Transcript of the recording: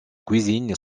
cuisine